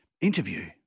interview